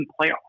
playoff